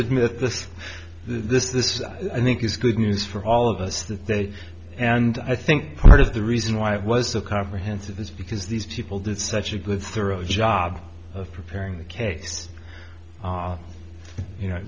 admit this this this i think is good news for all of us that they and i think part of the reason why it was a comprehensive is because these people did such a good thorough job of preparing the case you know